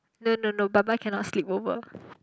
no no no Baba cannot sleep over